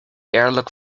airlock